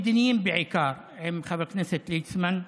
מדיניים בעיקר, עם חבר הכנסת ליצמן,